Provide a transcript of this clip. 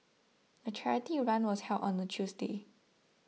the charity run was held on a Tuesday